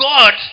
God